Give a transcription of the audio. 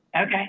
Okay